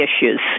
issues